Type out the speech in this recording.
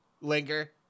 Linger